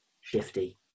shifty